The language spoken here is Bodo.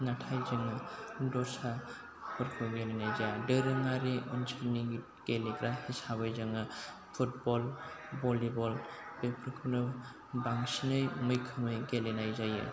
नाथाय जोङो दस्राफोरखौ गेलेनाय जाया दोरोङारि ओनसोलनि गेलेग्रा हिसाबै जोङो फुटबल भलिबल बेफोरखौनो बांसिनै मैखोमै गेलेनाय जायो